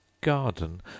garden